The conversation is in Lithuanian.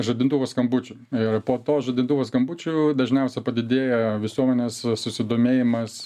žadintuvo skambučių ir po to žadintuvo skambučių dažniausia padidėja visuomenės susidomėjimas